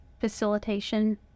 facilitation